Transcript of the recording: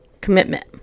commitment